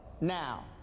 now